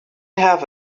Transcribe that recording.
have